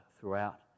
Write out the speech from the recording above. throughout